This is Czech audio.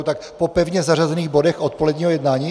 Tak po pevně zařazených bodech odpoledního jednání?